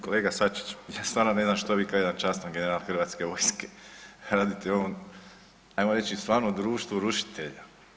Kolega Sačić ja stvarno ne znam što vi kao jedan častan general Hrvatske vojske radite u ovom hajmo reći stvarno društvu rušitelja.